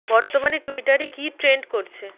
বর্তমানে টুইটারে কী ট্রেন্ড করছে